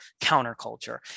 counterculture